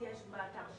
יש באתר.